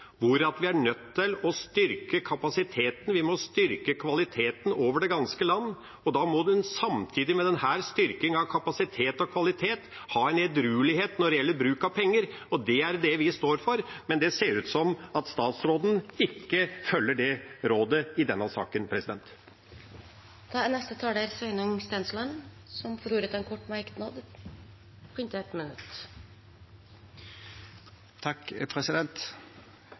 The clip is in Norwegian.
vi er nødt til å styrke kapasiteten. Vi må styrke kvaliteten over det ganske land, og da må en samtidig med denne styrkingen av kapasitet og kvalitet ha en edruelighet når det gjelder bruk av penger, og det er det vi står for. Men det ser ut som at statsråden ikke følger det rådet i denne saken. Representanten Sveinung Stensland har hatt ordet to ganger tidligere og får ordet til en kort merknad, begrenset til 1 minutt.